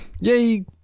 yay